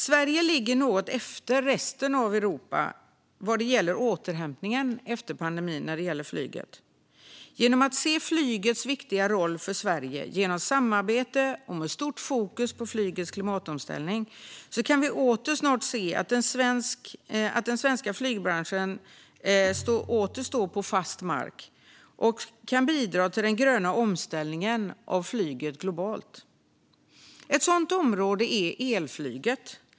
Sverige ligger något efter resten av Europa vad gäller flygets återhämtning efter pandemin. Genom att se flygets viktiga roll för Sverige, genom samarbete och med stort fokus på flygets klimatomställning kan vi snart se att den svenska flygbranschen åter står på fast mark och kan bidra till den gröna omställningen av flyget globalt. Ett sådant område är elflyget.